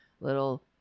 little